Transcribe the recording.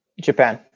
Japan